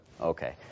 Okay